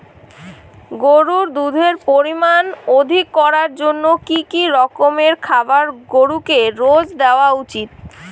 গরুর দুধের পরিমান অধিক করার জন্য কি কি রকমের খাবার গরুকে রোজ দেওয়া উচিৎ?